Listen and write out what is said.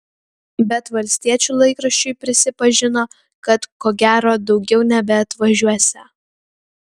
bet valstiečių laikraščiui prisipažino kad ko gero daugiau nebeatvažiuosią